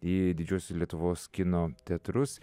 į didžiuosius lietuvos kino teatrus